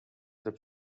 деп